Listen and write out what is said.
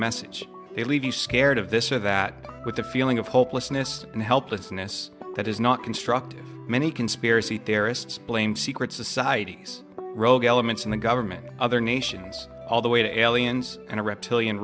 message they leave you scared of this or that with the feeling of hopelessness and helplessness that is not constructive many conspiracy theorists blame secret societies rogue elements in the government other nations all the way to aliens and a reptilian